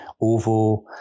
OVO